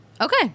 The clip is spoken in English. Okay